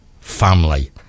family